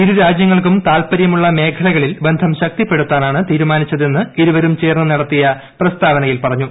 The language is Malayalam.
ഇരുരാജൃങ്ങൾക്കും താൽപരൃമുള്ള മേഖലകളിൽ ബന്ധം ശക്തിപ്പെടുത്താനാണ് തീരുമാനിച്ചതെന്ന് ഇരുവരും ചേർന്ന് നടത്തിയ പ്രസ്താവനയിൽ പറഞ്ഞു